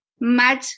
mud